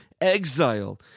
exile